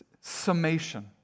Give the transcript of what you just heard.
summation